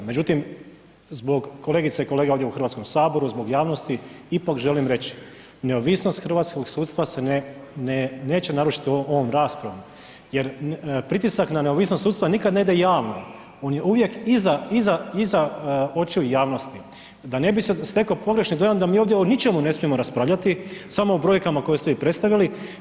Međutim, zbog kolegice i kolega ovdje u Hrvatskom saboru zbog javnosti ipak želim reći neovisnost hrvatskog sudstva se neće narušiti ovom raspravom jer pritisak na neovisnost sudstva nikada ne ide javno, on je uvijek iza očiju javnosti, da ne bi sada stekao pogrešan dojam da mi ovdje o ničemu ne smijemo raspravljati samo o brojkama koje ste vi predstavili.